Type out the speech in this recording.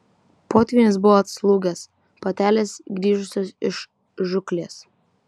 potvynis buvo atslūgęs patelės grįžusios iš žūklės